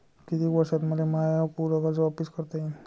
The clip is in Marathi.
कितीक वर्षात मले माय पूर कर्ज वापिस करता येईन?